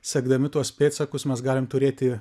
sekdami tuos pėdsakus mes galim turėti